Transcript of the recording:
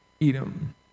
Edom